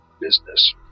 business